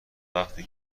وقتی